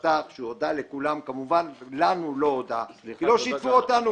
שפתח והודה לכולם חוץ מאיתנו כי לא שיתפו אותנו